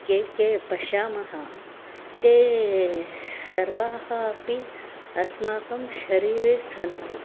के के पश्यामः ते सर्वाः अपि अस्माकं शरीरे सन्ति